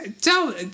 Tell